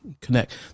connect